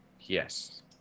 yes